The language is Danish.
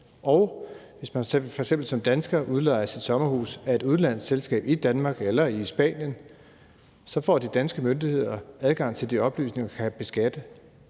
og hvis man f.eks. som dansker udlejer sit sommerhus via et udlejningsselskab i Danmark eller i Spanien, får de danske myndigheder adgang til de oplysninger og kan beskatte